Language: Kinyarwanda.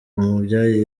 umubyeyi